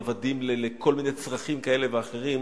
עבדים לכל מיני צרכים כאלה ואחרים,